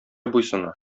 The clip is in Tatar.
буйсына